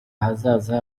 ahazaza